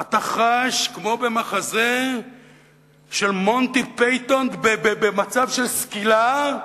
אתה חש כמו במחזה של מונטי פייטון במצב של סקילה.